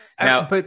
Now